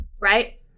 Right